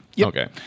Okay